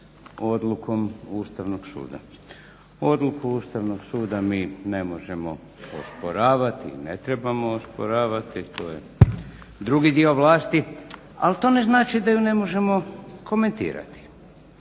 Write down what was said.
Odluku Ustavnog suda mi ne možemo osporavati i ne trebamo osporavati, tu je drugi dio vlasti, ali to ne znači da je ne možemo komentirati.